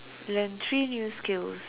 learn three new skills